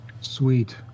Sweet